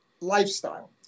lifestyle